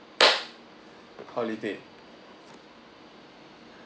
holiday